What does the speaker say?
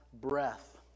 breath